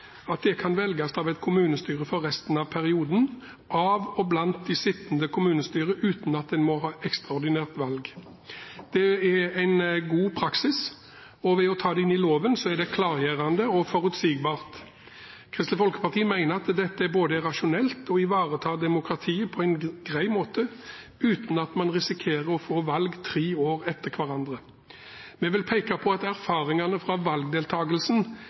at det kan velges av et kommunestyre for resten av perioden, av og blant de sittende kommunestyrene, uten at en må ha ekstraordinært valg. Det er en god praksis, og ved å ta det inn i loven er det klargjørende og forutsigbart. Kristelig Folkeparti mener at dette både er rasjonelt og ivaretar demokratiet på en grei måte uten at man risikerer å få valg tre år etter hverandre. Vi vil peke på at erfaringen fra